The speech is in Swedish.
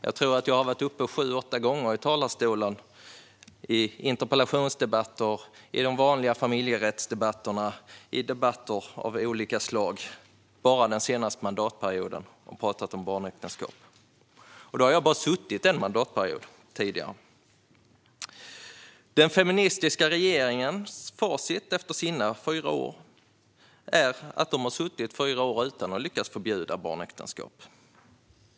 Jag tror att jag har varit uppe i talarstolen sju åtta gånger i interpellationsdebatter, i de vanliga familjerättsdebatterna och i debatter av olika slag bara den senaste mandatperioden och pratat om barnäktenskap. Då har jag ändå bara suttit i en mandatperiod tidigare. Den feministiska regeringens facit efter fyra år är de har suttit i fyra år utan att lyckas förbjuda barnäktenskap.